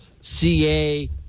CA